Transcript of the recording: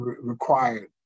required